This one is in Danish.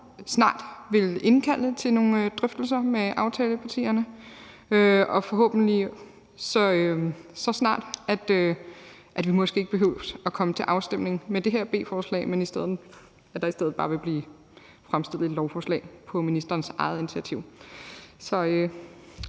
snart vil indkalde til nogle drøftelser med aftalepartierne og forhåbentlig så hurtigt, at det måske ikke behøver at komme til en afstemning med hensyn til det her beslutningsforslag, men at der i stedet bare vil blive fremsat et lovforslag på ministerens eget initiativ.